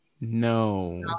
no